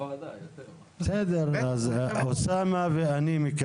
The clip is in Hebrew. אוסאמה ואני,